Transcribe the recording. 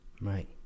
Right